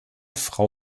frau